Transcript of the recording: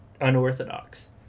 unorthodox